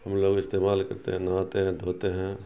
ہم لوگ استعمال کرتے ہیں نہاتے ہیں دھوتے ہیں